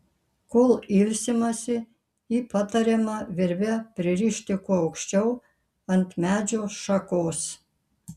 kol ilsimasi jį patariama virve pririšti kuo aukščiau ant medžio šakos